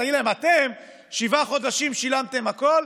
ותגיד להם: אתם שבעה חודשים שילמתם הכול,